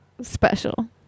special